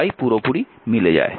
তাই পুরোপুরি মিলে যায়